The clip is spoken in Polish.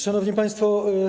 Szanowni Państwo!